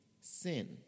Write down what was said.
sin